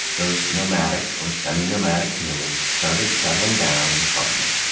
those nomadic or seminomadic humans started settling down and farming.